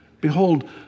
Behold